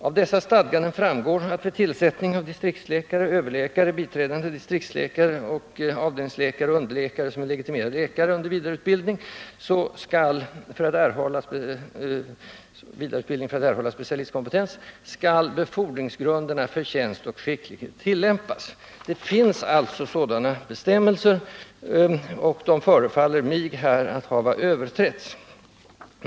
Av dessa stadganden framgår att vid tillsättning av distriktsläkare, överläkare, biträdande distriktsläkare, biträdande överläkare, avdelningsläkare och underläkare som är legitimerad läkare under vidareutbildning för att erhålla specialistkompetens Det finns alltså sådana bestämmelser, och de förefaller mig att ha överträtts.